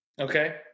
Okay